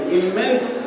immense